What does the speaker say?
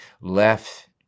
left